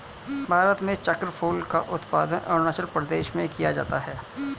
भारत में चक्रफूल का उत्पादन अरूणाचल प्रदेश में किया जाता है